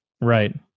Right